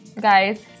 Guys